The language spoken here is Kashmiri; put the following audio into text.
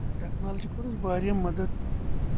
ٹیکنالوجی کوٚر اسہِ واریاہ مدتھ